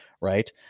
right